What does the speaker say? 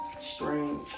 Strange